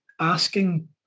asking